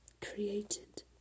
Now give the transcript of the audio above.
created